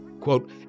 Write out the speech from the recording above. Quote